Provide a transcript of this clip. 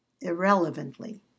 irrelevantly